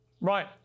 Right